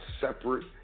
separate